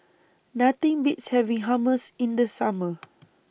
Nothing Beats having Hummus in The Summer